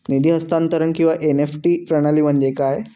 निधी हस्तांतरण किंवा एन.ई.एफ.टी प्रणाली म्हणजे काय?